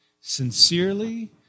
Sincerely